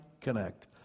connect